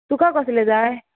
तुका कसले जाय